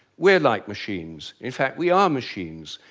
we're like machines. in fact, we are machines.